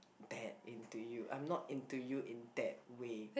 that into you I'm not into you in that way